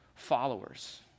followers